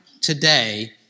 today